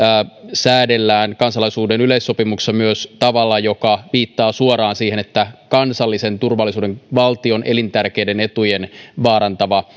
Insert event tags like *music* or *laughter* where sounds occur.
säädellään kansalaisuusyleissopimuksessa tavalla joka viittaa suoraan siihen että kansallisen turvallisuuden valtion elintärkeitä etuja vaarantava *unintelligible*